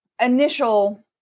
initial